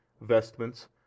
vestments